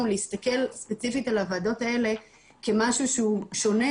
להסתכל ספציפית על הוועדות האלה כמשהו שהוא שונה,